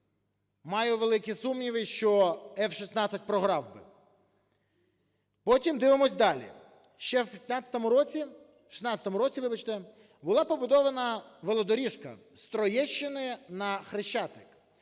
Маю великі сумніви, що F-16 програв би. Потім дивимось далі. Ще в 16-му році була побудована велодоріжка з Троєщини на Хрещатик.